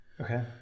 Okay